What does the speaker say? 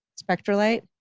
spectrolite?